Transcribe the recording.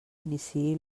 iniciï